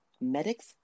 Medics